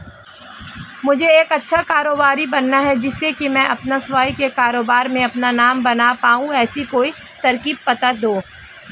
मुझे एक अच्छा कारोबारी बनना है जिससे कि मैं अपना स्वयं के कारोबार में अपना नाम बना पाऊं ऐसी कोई तरकीब पता दो?